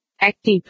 Active